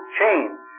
change